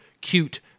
cute